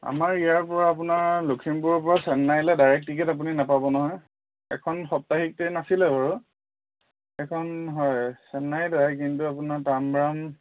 আমাৰ ইয়াৰ পৰা আপোনাৰ লখিমপুৰৰ পৰা চেন্নাইলে ডাইৰেক্ট টিকেট আপুনি নাপাব নহয় এখন সপ্তাহিক ট্ৰেইন আছিলে বাৰু এখন হয় চেন্নাই ডাইৰেক্ট কিন্তু আপোনাৰ